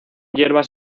hierbas